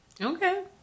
Okay